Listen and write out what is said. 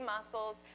muscles